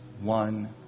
one